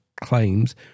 claims